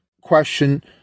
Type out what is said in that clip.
question